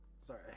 sorry